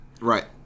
Right